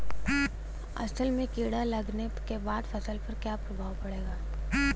असल में कीड़ा लगने के बाद फसल पर क्या प्रभाव पड़ेगा?